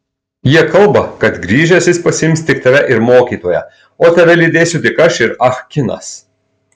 jie kalba kad grįžęs jis pasiims tik tave ir mokytoją o tave lydėsiu tik aš ir ah kinas